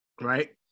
right